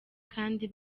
kandi